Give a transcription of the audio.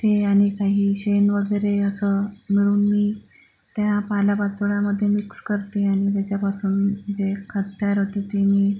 ते आणि काही शेण वगैरे असं मिळून मी त्या पालापाचोळ्यामध्ये मिक्स करते आणि त्याच्यापासून जे खत तयार होते ते मी